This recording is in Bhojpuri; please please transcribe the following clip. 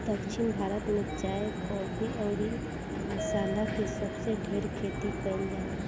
दक्षिण भारत में चाय, काफी अउरी मसाला के सबसे ढेर खेती कईल जाला